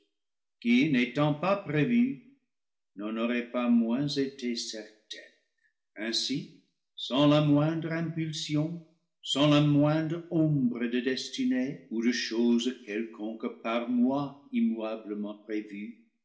qui n'étant pas prévue n'en aurait pas moins été certaine ainsi sans la moindre impulsion sans la moindre ombre de destinée ou de chose quelconque par moi immuable ment prévue